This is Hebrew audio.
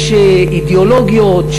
יש אידיאולוגיות,